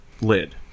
lid